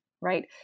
right